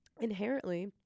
inherently